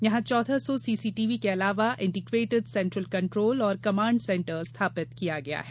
यहां चौदह सौ सीसीटीवी के अलावा इंटीग्रेटिड सेंट्रल कंट्रोल और कमांड सेंटर स्थापित किया गया है